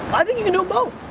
i think you can do both.